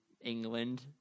England